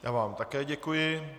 Já vám také děkuji.